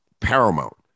paramount